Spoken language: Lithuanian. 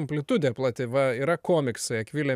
amplitudė plati va yra komiksai akvilė